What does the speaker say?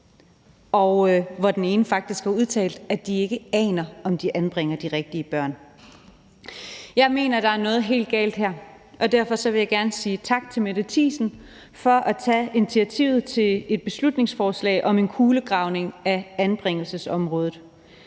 og hvor den ene faktisk har udtalt, at de ikke aner, om de anbringer de rigtige børn. Jeg mener, der er noget helt galt her. Derfor vil jeg gerne sige tak til fru Mette Thiesen for at tage initiativet til et beslutningsforslag om en kulegravning af anbringelsesområdet.